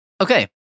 Okay